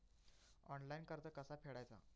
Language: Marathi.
ऑनलाइन कर्ज कसा फेडायचा?